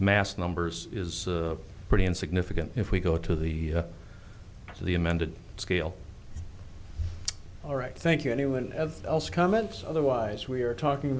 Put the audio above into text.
mass numbers is pretty insignificant if we go to the to the amended scale all right thank you anyone of us comments otherwise we are talking